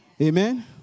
Amen